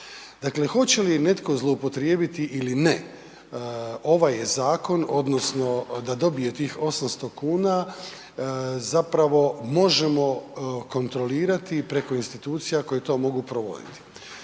Dakle, hoće li netko zloupotrijebiti ili ne ovaj zakon odnosno da dobije tih 800 kuna zapravo možemo kontrolirati preko institucija koje to mogu provoditi.